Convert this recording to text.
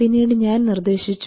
പിന്നീട് ഞാൻ നിർദ്ദേശിച്ചു